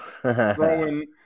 throwing